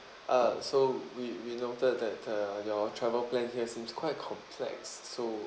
uh so we we noted that uh your travel plans here seems quite complex so